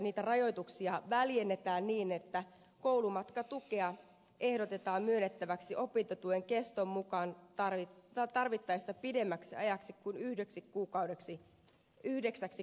koulumatkatuen rajoituksia väljennettäisiin niin että koulumatkatukea ehdotetaan myönnettäväksi opintotuen keston mukaan tarvittaessa pidemmäksi ajaksi kuin yhdeksäksi kuukaudeksi lukuvuodessa